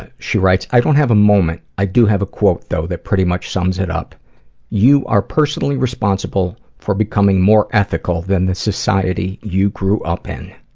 ah she writes, i don't have a moment, i do have a quote though that pretty much sums it up you are personally responsible for becoming more ethical than the society you grew up in.